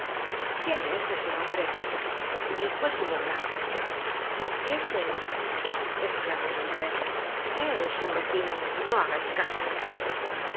quién es ese hombre dijo el señor blanco ese esclamó jondrette es un vecino no hagais caso